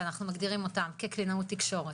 שאנחנו מגדירים אותם כקלינאות תקשורת,